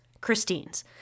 Christine's